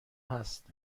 هست